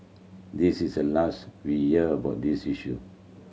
this is the last we'd hear about this issue